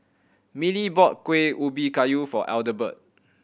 Millie bought Kuih Ubi Kayu for Adelbert